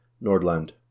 Nordland